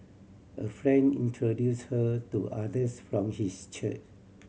a friend introduced her to others from his church